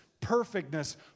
perfectness